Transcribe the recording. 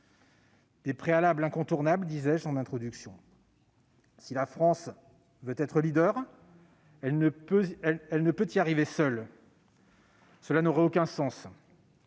des préalables incontournables. Tout d'abord, si la France veut être leader, elle ne peut y arriver seule, cela n'aurait aucun sens.